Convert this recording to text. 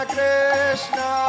Krishna